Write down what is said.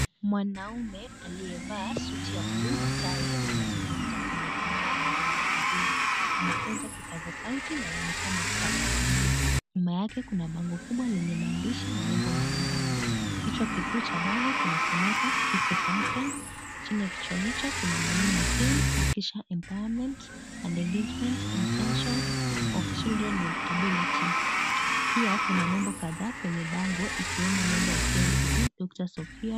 Mwanaume aliyevaa suti ya buluu na tai anazungumza kwenye kinara mbele ya hadhira. Anatunza kipaza sauti na anaonekana akitabasamu. Nyuma yake kuna bango kubwa lenye maandishi na nembo mbalimbali. Kichwa kikuu cha bango kinasomeka KISE CONFERENCE . Chini ya kichwa hicho kuna maneno Theme na kisha Empowerment and Engagement in potential of children with Disabilities . Pia kuna nembo kadhaa kwenye bango ikiwemo nembo ya KICD, Doctors of Hear...